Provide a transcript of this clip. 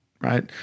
right